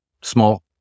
small